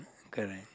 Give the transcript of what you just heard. correct